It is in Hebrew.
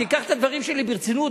תיקח את הדברים שלי ברצינות,